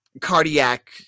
cardiac